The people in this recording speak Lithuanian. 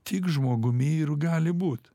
tik žmogumi ir gali būt